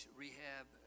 rehab